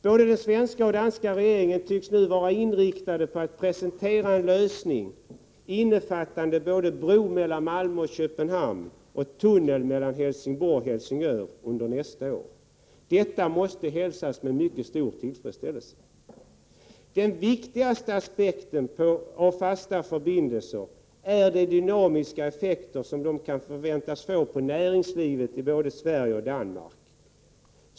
Både den svenska och den danska regeringen tycks nu vara inriktade på att man under nästa år skall kunna presentera en lösning innefattande både bro mellan Malmö och Köpenhamn och tunnel mellan Helsingborg och Helsingör. Detta måste hälsas med mycket stor tillfredsställelse. Den viktigaste aspekten på frågan om fasta förbindelser är de dynamiska effekter på näringslivet i både Sverige och Danmark som sådana förbindelser kan förväntas få.